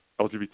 LGBT